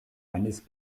eines